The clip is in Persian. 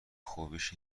خوبیش